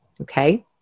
Okay